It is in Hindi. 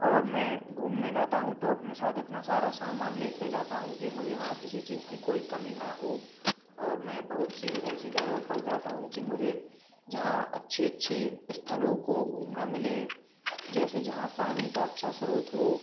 और मैं घूमने जाता हूँ तो अपने साथ इतना सारा सामान लेके जाता हूँ कि मुझे वहाँ किसी चीज़ की कोई कमी ना हो और मैं बहुत सी ऐसी जगहों पर जाता हूँ कि मुझे जहाँ अच्छे अच्छे स्थलों को घूमना मिले जैसे जहाँ पानी का अच्छा स्रोत हो